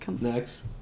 next